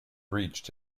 reached